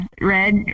Red